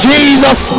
Jesus